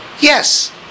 Yes